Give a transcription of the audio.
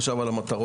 חשב על המטרות,